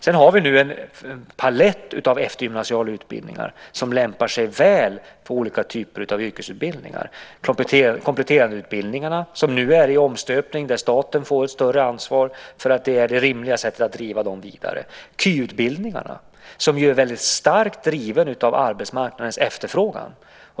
Sedan har vi nu en palett av eftergymnasiala utbildningar som lämpar sig väl för olika typer av yrkesutbildningar. Det gäller till exempel kompletterandeutbildningarna som nu är i omstöpning. Där får staten ett större ansvar eftersom det är det rimliga sättet att driva dessa vidare. Kvalificerad yrkesutbildning drivs väldigt starkt av arbetsmarknadens efterfrågan.